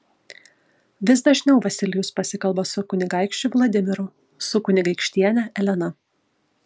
vis dažniau vasilijus pasikalba su kunigaikščiu vladimiru su kunigaikštiene elena